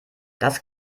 das